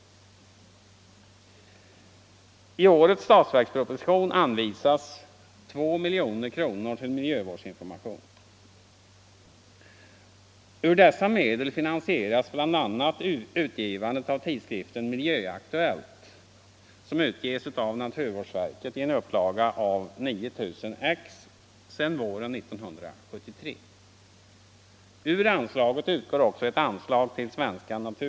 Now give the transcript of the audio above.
I årets statsverksproposition anvisas 2 miljoner kronor till miljövårdsinformation. Ur dessa medel finansieras bl.a. utgivningen av tidskriften Miljöaktuellt som sedan våren 1973 utges av naturvårdsverket i en upplaga av 9000 exemplar.